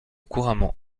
couramment